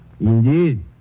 Indeed